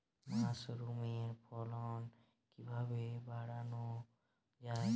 মাসরুমের ফলন কিভাবে বাড়ানো যায়?